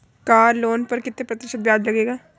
Car loan पर कितने प्रतिशत ब्याज लगेगा?